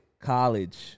college